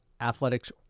athletics